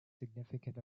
significant